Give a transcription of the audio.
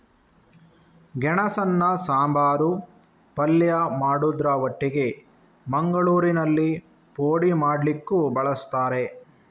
ಗೆಣಸನ್ನ ಸಾಂಬಾರು, ಪಲ್ಯ ಮಾಡುದ್ರ ಒಟ್ಟಿಗೆ ಮಂಗಳೂರಿನಲ್ಲಿ ಪೋಡಿ ಮಾಡ್ಲಿಕ್ಕೂ ಬಳಸ್ತಾರೆ